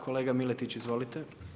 Kolega Miletić izvolite.